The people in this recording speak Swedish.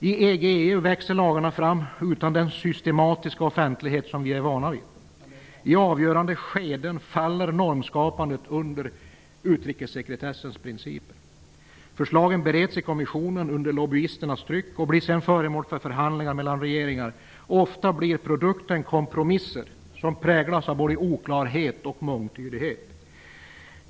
I EG/EU växer lagarna fram utan den systematiska offentlighet vi är vana vid. I avgörande skeden faller normskapandet under utrikessekretessens principer. Förslagen bereds i kommissionen under lobbyisternas tryck och blir sedan föremål för förhandlingar mellan regeringar. Ofta blir produkten kompromisser som präglas av både oklarhet och mångtydighet.